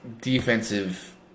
defensive